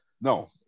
No